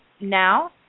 now